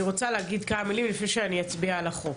אני רוצה להגיד כמה מילים לפני שאני אצביע על החוק.